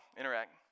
interact